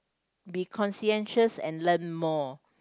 be conscientious and learn more